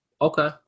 Okay